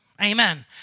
Amen